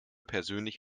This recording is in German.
persönlich